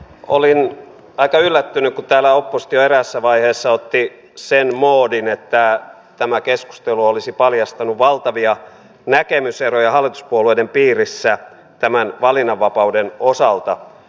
olin aika yllättynyt kun täällä oppositio eräässä vaiheessa otti sen moodin että tämä keskustelu olisi paljastanut valtavia näkemyseroja hallituspuolueiden piirissä tämän valinnanvapauden osalta